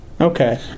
Okay